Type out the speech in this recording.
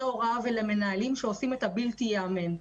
ההוראה ולמנהלים שעושים את הבלתי-ייאמן.